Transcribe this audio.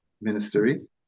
ministry